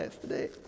today